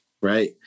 right